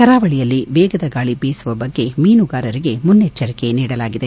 ಕರಾವಳಿಯಲ್ಲಿ ವೇಗದ ಗಾಳಿ ಬೀಸುವ ಬಗ್ಗೆ ಮೀನುಗಾರರಿಗೆ ಮುನ್ನಚ್ಚರಿಕೆ ನೀಡಲಾಗಿದೆ